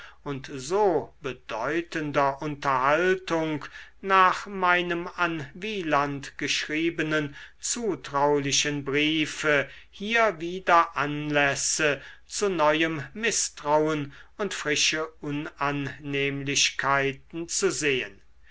und so bedeutender unterhaltung nach meinem an wieland geschriebenen zutraulichen briefe hier wieder anlässe zu neuem mißtrauen und frische unannehmlichkeiten zu sehen